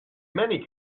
many